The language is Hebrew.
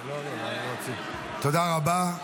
תודה רבה.